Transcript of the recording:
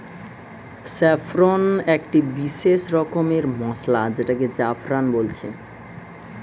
saffron একটি বিসেস রকমের মসলা যেটাকে জাফরান বলছে